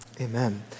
amen